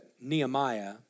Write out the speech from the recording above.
Nehemiah